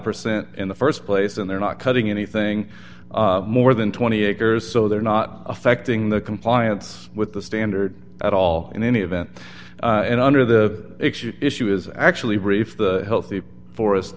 percent in the st place and they're not cutting anything more than twenty acres so they're not affecting the compliance with the standard at all in any event and under the picture issue is actually brief the healthy forest